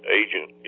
agent